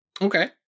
Okay